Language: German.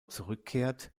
zurückkehrt